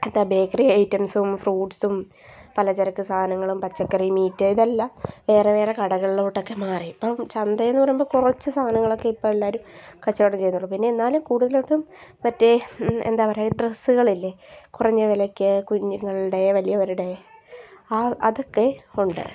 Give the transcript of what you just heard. എന്താ ബേക്കറി ഐറ്റംസും ഫ്രൂട്ട്സും പലചരക്ക് സാധങ്ങളും പച്ചക്കറി മീറ്റ് ഇതെല്ലം വേറെ വേറെ കടകളിലോട്ടൊക്കെ മാറി ഇപ്പം ചന്തയെന്ന് പറയുമ്പം കുറച്ചു സാധനങ്ങളൊക്കെ ഇപ്പം എല്ലാവരും കച്ചവടം ചെയ്യുന്നുള്ളൂ പിന്നെ എന്നാലും കൂടുതലൊട്ടും മറ്റേ എന്താ പറയുക ഡ്രെസ്സുകളില്ലേ കുറഞ്ഞ വിലക്ക് കുഞ്ഞുങ്ങളുടെ വലിയവരുടെ ആ അതൊക്കെ ഉണ്ട്